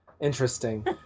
Interesting